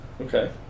Okay